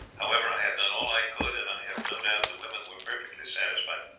however, i had done all i could and i have no doubt the women were perfectly satisfied.